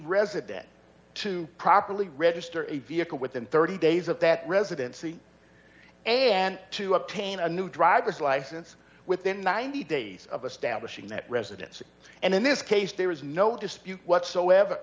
resident to properly register a vehicle within thirty days of that residency and to obtain a new driver's license within ninety days of establishing that residency and in this case there is no dispute whatsoever